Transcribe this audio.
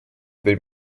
dei